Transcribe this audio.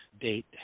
date